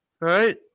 right